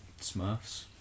Smurfs